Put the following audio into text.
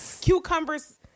cucumbers